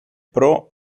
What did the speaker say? pro